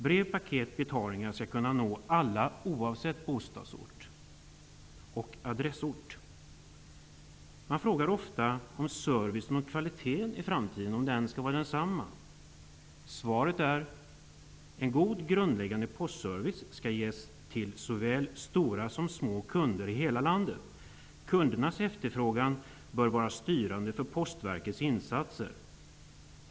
Brev, paket och betalningar skall kunna nå alla oavsett adressort. Man frågar ofta om servicen och kvaliteten i framtiden skall vara densamma. Svaret är: En god grundläggande postservice skall ges till såväl stora som små kunder i hela landet. Kundernas efterfrågan bör vara styrande för Postverkets insatser.